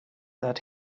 that